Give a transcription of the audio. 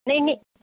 नहीं नहीं